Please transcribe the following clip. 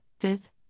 fifth